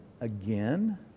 again